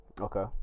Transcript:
Okay